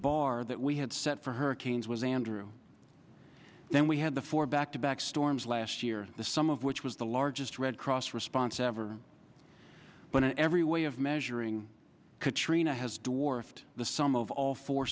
bar that we had set for hurricanes was andrew then we had the four back to back storms last year the sum of which was the largest red cross response ever but in every way of measuring katrina has dwarfed the sum of all four